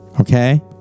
Okay